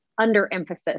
underemphasis